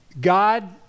God